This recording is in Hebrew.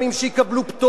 שיקבלו פטור.